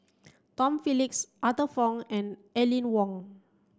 Tom Phillips Arthur Fong and Aline Wong